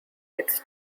its